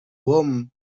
warm